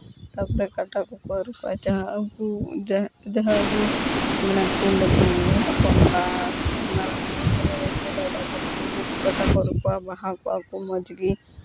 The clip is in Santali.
ᱛᱟᱨᱯᱚᱨᱮ ᱠᱟᱴᱟ ᱠᱚᱠᱚ ᱟᱹᱨᱩᱵᱚᱜᱼᱟ ᱡᱟᱦᱟᱸ ᱩᱱᱠᱩ ᱡᱟᱦᱟᱸ ᱟᱵᱚ ᱢᱮᱱᱟᱜ ᱠᱚ ᱞᱟᱹᱴᱩ ᱦᱚᱯᱚᱱ ᱵᱟ ᱢᱟᱨᱟᱝ ᱵᱟ ᱛᱟᱞᱟᱵᱟ ᱫᱟᱫᱟ ᱛᱟᱠᱚ ᱩᱱᱠᱩ ᱠᱚ ᱠᱟᱴᱟ ᱠᱚ ᱟᱹᱨᱩᱵᱚᱜᱼᱟ ᱵᱟᱦᱟ ᱠᱚᱜᱼᱟ ᱠᱚ ᱢᱚᱡᱽ ᱜᱮ